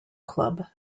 club